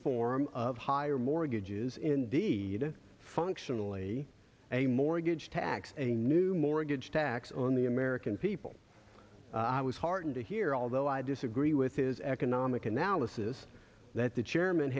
form of higher mortgages indeed functionally a mortgage tax a new mortgage tax on the american people i was heartened to hear although i disagree with his economic analysis that the chairman